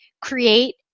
create